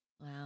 Wow